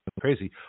crazy